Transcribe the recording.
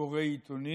קורא עיתונים.